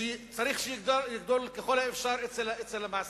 שצריך שתגדל ככל האפשר אצל המעסיק.